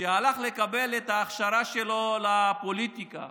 שהלך לקבל את ההכשרה שלו לפוליטיקה